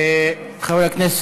אדוני.